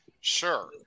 Sure